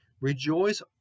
Rejoice